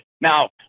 now